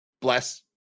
Bless